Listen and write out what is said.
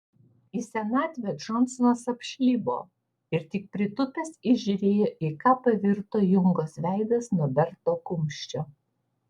į senatvę džonsonas apžlibo ir tik pritūpęs įžiūrėjo į ką pavirto jungos veidas nuo berto kumščio